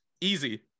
Easy